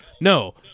No